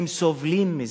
הם סובלים מזה,